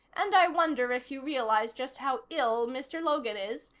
and i wonder if you realize just how ill mr. logan is?